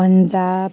Punjab